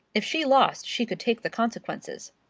if she lost, she could take the consequences.